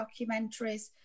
documentaries